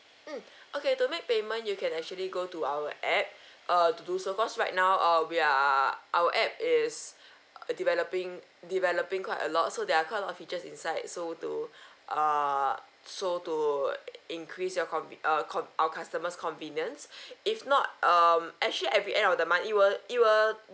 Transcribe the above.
mm okay to make payment you can actually go to our app err do so because right now uh we are our app is developing developing quite a lot so there are quite a lot of features inside so to err so to increase your comm~ uh con~ our customers convenience if not um actually every end of the month it will it will